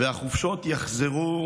והחופשות יחזרו